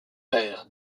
père